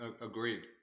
agreed